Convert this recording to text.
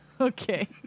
Okay